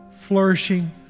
flourishing